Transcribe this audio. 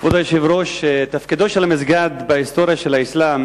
כבוד היושב-ראש, תפקיד המסגד בהיסטוריה של האסלאם